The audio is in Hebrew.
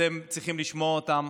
אתם צריכים לשמוע אותם.